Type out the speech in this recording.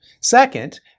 Second